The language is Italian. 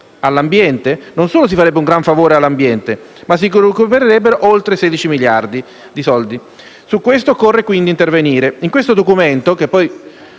all'ambiente non solo si farebbe un grande favore all'ambiente ma si recupererebbero oltre 16 miliardi. Su questo occorre quindi intervenire. Nel predetto catalogo,